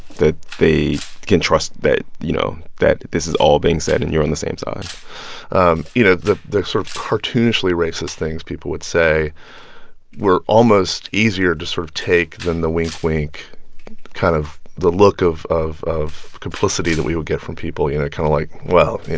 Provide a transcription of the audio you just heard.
that they can trust that, you know that this is all being said, and you're on the same side um you know, the the sort of cartoonishly racist things people would say were almost easier to sort of take then the wink-wink kind of the look of of complicity that we would get from people, you know kind of like, well,